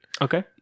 Okay